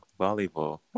volleyball